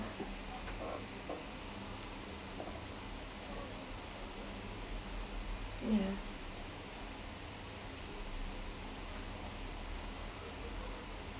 yeah